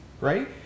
right